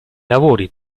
lavori